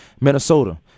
Minnesota